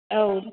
औ